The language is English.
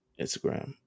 Instagram